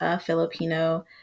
Filipino